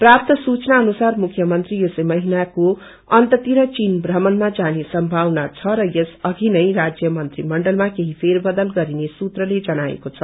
प्रास्त सूचना अनुसार मुख्यमन्त्री यसै महीनाको अन्ततिर चीन भ्रमणमा जाने संभावना छ र य अघि नै राज्य मंत्रीण्डलमा केही फरबदल गरिने सूत्रले जनाएको छ